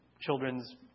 children's